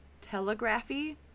telegraphy